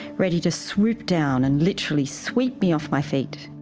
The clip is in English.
ready to swoop down and literally sweep me off my feet.